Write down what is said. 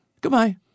Goodbye